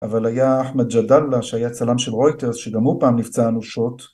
אבל היה אחמד ג'דללה שהיה צלם של רויטרס שגם הוא פעם נפצע אנושות